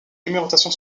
numérotation